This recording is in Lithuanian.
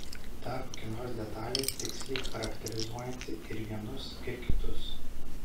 dar kokia nors detalė tiksliai charakterizuojanti ir vienus ir kitus